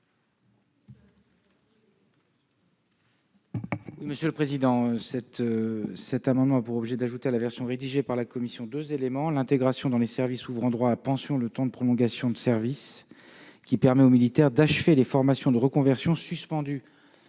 M. le ministre. Cet amendement a pour objet d'ajouter à la version rédigée par la commission deux éléments : l'intégration dans les services, ouvrant droit à pension, du temps de prolongation de service qui permet aux militaires d'achever les formations de reconversion suspendues